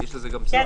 שיש לזה גם --- כן,